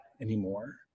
anymore